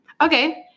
Okay